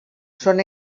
són